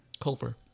Culver